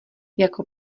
jako